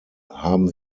haben